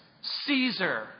Caesar